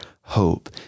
hope